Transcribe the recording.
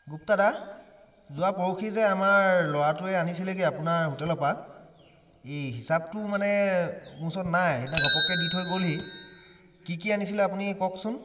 গুপ্তা দা যোৱা পৰহি যে আমাৰ ল'ৰাটোৱে আনিছিলেগৈ আপোনাৰ হোটেলৰপৰা এই হিচাবটো মানে মোৰ ওচৰত নাই সেইদিনা ঘপহকৈ দি থৈ গ'লহি কি কি আনিছিলে আপুনি কওকচোন